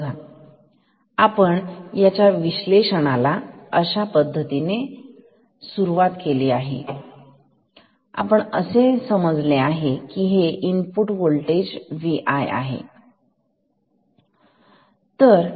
बघा आपण याच्या विश्लेषणाला अशा समजुतीने सुरुवात केली आहे की हे Vi आहे